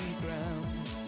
ground